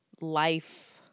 life